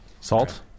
Salt